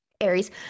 Aries